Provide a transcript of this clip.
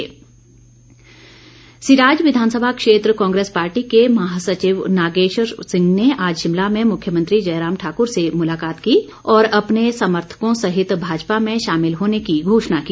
मुलाकात सिराज विधानसभा क्षेत्र कांग्रेस पार्टी के महासचिव नागेश्वर सिंह ने आज शिमला में मुख्यमंत्री जयराम ठाक्र से मुलाकात की और अपने समर्थकों सहित भाजपा में शामिल होने की घोषणा की